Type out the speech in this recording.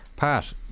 Pat